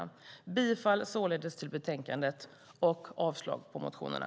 Jag yrkar således bifall till förslaget betänkandet och avslag på motionerna.